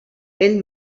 ell